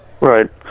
right